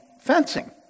fencing